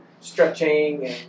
Stretching